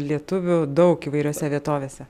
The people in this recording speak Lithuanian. lietuvių daug įvairiose vietovėse